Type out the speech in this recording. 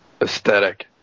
Aesthetic